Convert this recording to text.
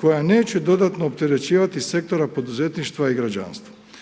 koja neće dodatno opterećivati sektore poduzetništva i građanstva.